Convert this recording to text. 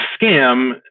scam